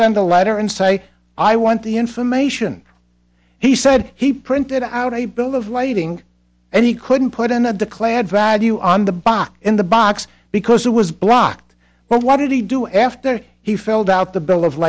send a letter and say i want the information he said he printed out a bill of lading and he couldn't put in the declared value on the box in the box because it was blocked but what did he do after he filled out the bill of